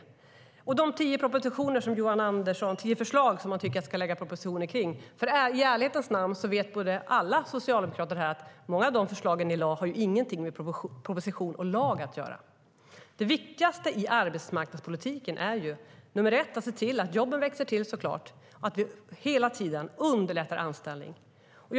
Beträffande de tio förslag som Johan Andersson tycker att vi ska lägga propositioner kring: I ärlighetens namn vet alla socialdemokrater här att många av de förslag som ni lade inte har något med proposition och lag att göra. Det viktigaste i arbetsmarknadspolitiken är först och främst att se till att jobben växer till och att vi hela tiden underlättar anställningar.